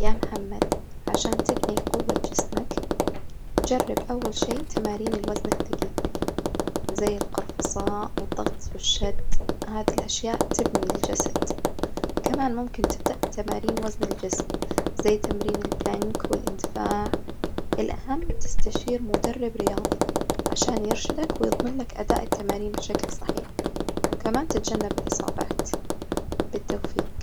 يا محمد، عشان تبني قوة جسمك جرب أول شي تمارين الوزن الثجيل، زي القرفصاء والضغط والشد، هذي الأشياء تبني الجسد، كمان ممكن تبدأ بتمارين وزن الجسم، زي تمرين البلانك والاندفاع، الأهم تستشير مدرب رياضي عشان يرشدك ويضمن لك آداء التمارين بشكل صحيح، وكمان تتجنب الإصابات، بالتوفيج.